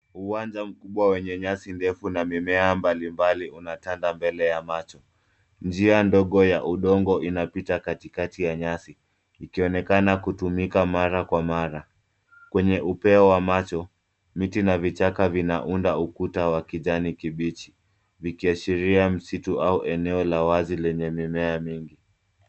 Uwanja mkubwa wenye nyasi ndefu na mimea mbalimbali unatanda mbele ya macho. Njia ndogo ya udongo inapita katikati ya nyasi, ikionekana kutumika mara kwa mara. Kwenye upeo wa macho, miti na vichaka vinaunda ukuta wa kijani kibichi. Vikiashiria msitu au eneo la wazi lenye mimea mingi.